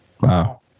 wow